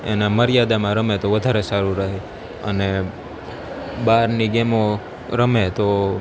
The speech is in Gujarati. એના મર્યાદામાં રમે તો વધારે સારું રહે અને બહારની ગેમો રમે તો